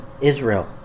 Israel